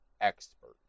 expert